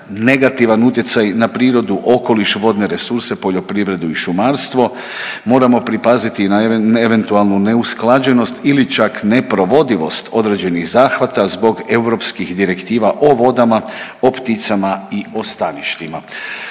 negativan utjecaj na prirodu, okoliš, vodne resurse, poljoprivredu i šumarstvo. Moramo pripaziti i na eventualnu neusklađenost ili čak neprovodivost određenih zahvata zbog europskih direktiva o vodama, o pticama i o staništima.